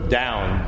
down